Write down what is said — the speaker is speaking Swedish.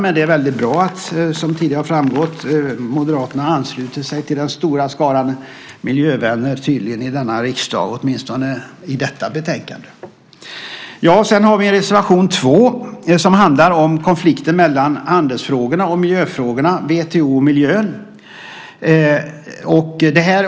Men det är bra, som tidigare har framgått, att Moderaterna har anslutit sig till den stora skaran miljövänner i riksdagen - åtminstone i detta betänkande. Sedan har vi reservation 2. Den handlar om konflikten mellan handelsfrågorna och miljöfrågorna, WTO och miljön.